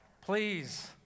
please